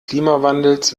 klimawandels